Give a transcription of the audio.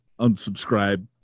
Unsubscribe